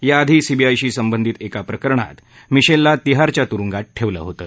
याआधी सीबीआयशी संबंधित एका प्रकरणात मिशेलला तिहारच्या तुरुंगात ठेवलं होतं